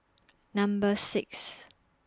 Number six